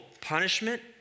punishment